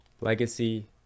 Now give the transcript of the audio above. legacy